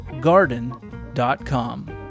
garden.com